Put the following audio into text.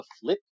flip